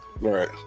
Right